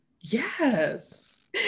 Yes